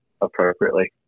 appropriately